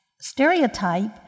stereotype